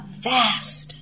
vast